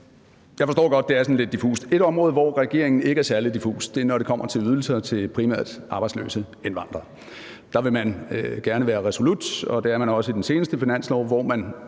Jeg forstår godt, at det er sådan lidt diffust, men et område, hvor regeringen ikke er særlig diffus, er, når det kommer til ydelser til primært arbejdsløse indvandrere, for der vil man gerne være resolut, og det er man også i den seneste finanslov, hvor man